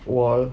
wall